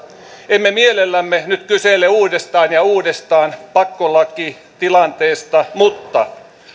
emme mielellämme nyt kysele uudestaan ja uudestaan pakkolakitilanteesta mutta